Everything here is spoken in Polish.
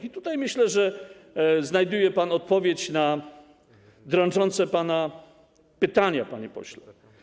I tutaj myślę, że znajduje pan odpowiedź na dręczące pana pytania, panie pośle.